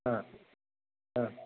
हां हां